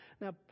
now